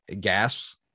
gasps